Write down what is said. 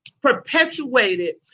perpetuated